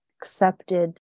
accepted